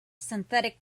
synthetic